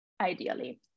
ideally